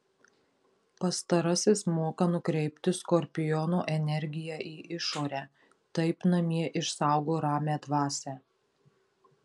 pastarasis moka nukreipti skorpiono energiją į išorę taip namie išsaugo ramią dvasią